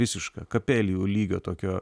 visiška kapelijų lygio tokio